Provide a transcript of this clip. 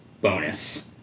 bonus